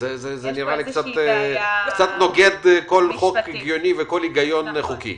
קצת נוגד כל חוק הגיוני וכל היגיון חוקי.